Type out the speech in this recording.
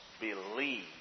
believe